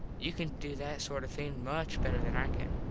you can do that sort of thing much better than i can.